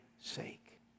sake